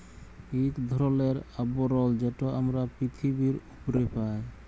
ইক ধরলের আবরল যেট আমরা পিথিবীর উপ্রে পাই